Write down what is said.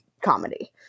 comedy